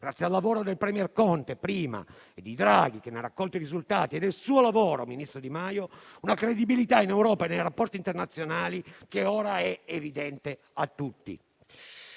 grazie al lavoro del *premier* Conte, prima, di Draghi che ne ha raccolto i risultati e del suo lavoro, ministro Di Maio - una credibilità in Europa e nei rapporti internazionali che ora è evidente a tutti.